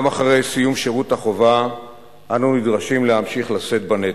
גם אחרי סיום שירות החובה אנו נדרשים להמשיך לשאת בנטל.